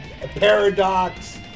Paradox